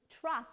Trust